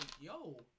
yo